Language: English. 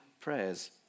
prayers